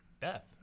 death